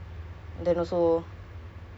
so right now you still cari kerja lah